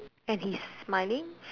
and he's smiling